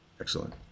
excellent